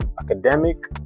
academic